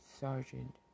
Sergeant